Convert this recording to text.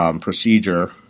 procedure